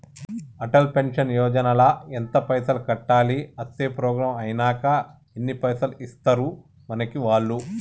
Atal pension Yojana ల ఎంత పైసల్ కట్టాలి? అత్తే ప్రోగ్రాం ఐనాక ఎన్ని పైసల్ ఇస్తరు మనకి వాళ్లు?